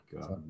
God